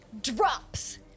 drops